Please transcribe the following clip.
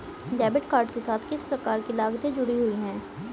Debit card के साथ किस प्रकार की लागतें जुड़ी हुई हैं?